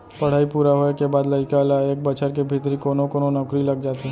पड़हई पूरा होए के बाद लइका ल एक बछर के भीतरी कोनो कोनो नउकरी लग जाथे